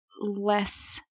less